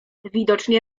widocznie